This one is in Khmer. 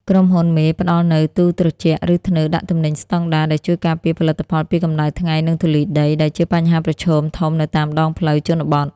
ក្រុមហ៊ុនមេផ្ដល់នូវ "ទូត្រជាក់ ឬធ្នើដាក់ទំនិញស្ដង់ដារ" ដែលជួយការពារផលិតផលពីកម្ដៅថ្ងៃ និងធូលីដី ដែលជាបញ្ហាប្រឈមធំនៅតាមដងផ្លូវជនបទ។